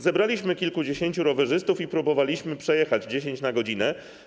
Zebraliśmy kilkudziesięciu rowerzystów i próbowaliśmy przejechać dziesięć na godzinę.